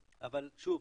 אבל שוב,